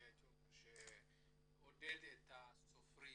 לעודד סופרים